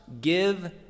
Give